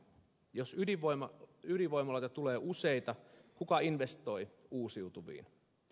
jos ydinvoimaloita tulee useita kuka investoi uusiutuviin